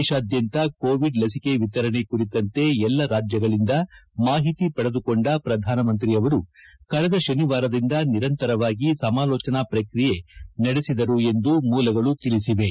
ದೇಶಾದ್ಯಂತ ಕೋವಿಡ್ ಲಸಿಕೆ ವಿತರಣೆ ಕುರಿತಂತೆ ಎಲ್ಲಾ ರಾಜ್ಯಗಳಿಂದ ಮಾಹಿತಿ ಪಡೆದುಕೊಂಡ ಪ್ರಧಾನಮಂತ್ರಿ ಅವರು ಕಳೆದ ಶನಿವಾರದಿಂದ ನಿರಂತರವಾಗಿ ಸಮಾಲೋಜನೆ ಪ್ರಕ್ರಿಯೆ ನಡೆಸಿದರು ಎಂದು ಮೂಲಗಳು ತಿಳಿಸಿವೆ